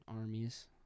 armies